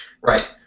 Right